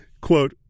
Quote